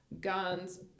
guns